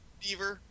beaver